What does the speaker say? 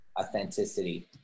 authenticity